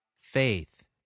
faith